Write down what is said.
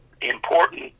important